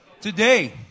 Today